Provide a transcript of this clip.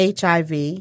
HIV